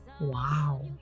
Wow